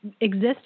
exist